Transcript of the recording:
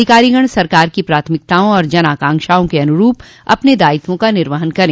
अधिकारीगण सरकार की प्राथमिकताओं और जनआकांक्षाओं के अनुरूप अपने दायित्वों का निर्वहन करें